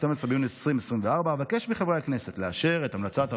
12 ביוני 2024. אבקש מחברי הכנסת לאשר את המלצת הוועדה.